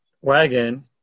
wagon